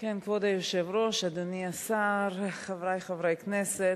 כבוד היושב-ראש, אדוני השר, חברי חברי הכנסת,